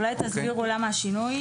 אולי תסבירו למה השינוי.